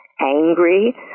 angry